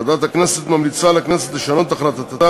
ועדת הכנסת ממליצה לכנסת לשנות את החלטתה